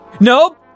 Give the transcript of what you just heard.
Nope